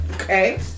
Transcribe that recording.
Okay